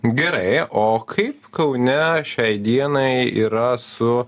gerai o kaip kaune šiai dienai yra su